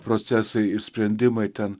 procesai ir sprendimai ten